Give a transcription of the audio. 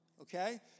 Okay